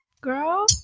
girl